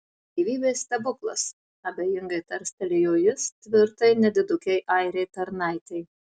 gyvybės stebuklas abejingai tarstelėjo jis tvirtai nedidukei airei tarnaitei